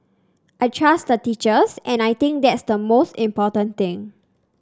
I trust the teachers and I think that's the most important thing